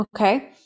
Okay